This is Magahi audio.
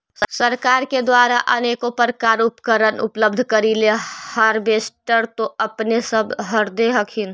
सरकार के द्वारा अनेको प्रकार उपकरण उपलब्ध करिले हारबेसटर तो अपने सब धरदे हखिन?